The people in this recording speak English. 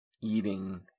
eating